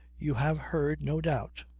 you have heard, no doubt.